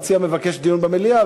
המציע מבקש דיון במליאה,